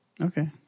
Okay